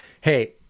hey